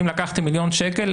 אם לקחתי מיליון שקל,